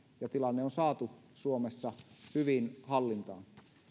ja tilanne on saatu suomessa hyvin hallintaan